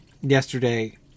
Yesterday